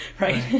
right